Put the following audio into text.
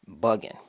bugging